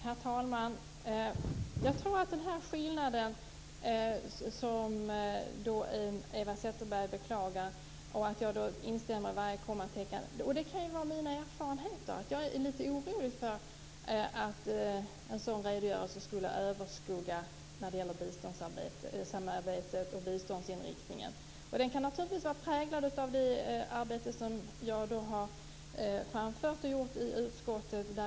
Herr talman! Jag tror att den skillnad som Eva Zetterberg beklagar och att jag instämmer i varje kommatecken beror på mina erfarenheter. Jag är litet orolig för att en sådan redogörelse skulle överskugga allt annat när det gäller biståndssamarbetet och biståndsinriktningen. Detta kan naturligtvis vara präglat av det arbete som jag har gjort i utskottet.